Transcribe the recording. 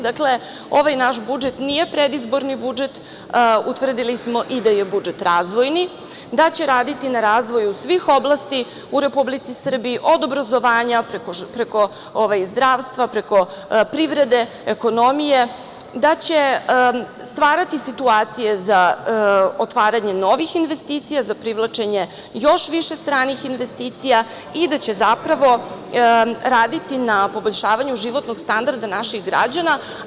Dakle, ovaj naš budžet nije predizborni budžet, utvrdili smo i da je budžet razvojni, da će raditi i na razvoju svih oblasti u Republici Srbiji, od obrazovanja preko zdravstva, preko privrede, ekonomije, da će stvarati situacije za otvaranje novih investicija, za privlačenje još više stranih investicija i da će, zapravo, raditi na poboljšavanju životnog standarda naših građana.